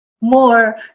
more